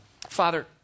Father